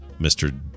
Mr